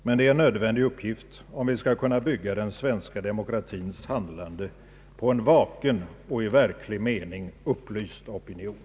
Men det är en nödvändig uppgift, om vi skall kunna bygga den svenska demokratins handlande på en vaken och i verklig mening upplyst opinion.